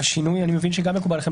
אני מבין שזה גם מקובל עליכם,